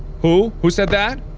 who? who said that?